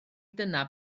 dyma